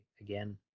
again